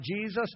Jesus